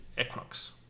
Equinox